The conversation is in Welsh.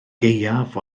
gaeaf